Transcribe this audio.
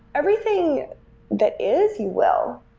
everything that is, you will.